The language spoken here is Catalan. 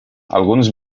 alguns